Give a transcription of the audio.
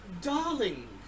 Darling